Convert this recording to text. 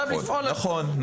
נכון.